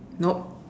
nope